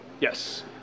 Yes